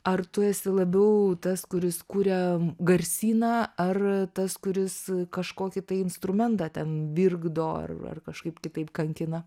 ar tu esi labiau tas kuris kuria garsyną ar tas kuris kažkokį tai instrumentą ten virkdo ar ar kažkaip kitaip kankina